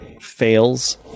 fails